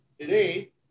Today